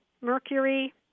mercury